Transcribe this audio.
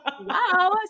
Wow